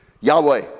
Yahweh